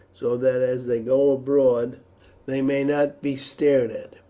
so that as they go abroad they may not be stared at.